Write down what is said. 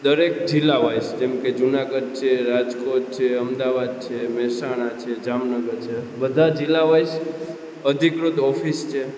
દરેક જીલ્લા વાઈઝ જેમ કે જુનાગઢ છે રાજકોટ છે અમદાવાદ છે મહેસાણા છે જામનગર છે બધા જીલા વાઈઝ અધિકૃત ઓફિસ છે